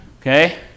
Okay